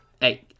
hey